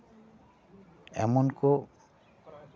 ᱮᱢᱚᱱ ᱠᱚ